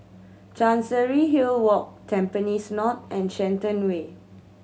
Chancery Hill Walk Tampines North and Shenton Way